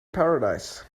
paradise